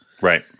Right